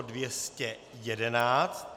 211.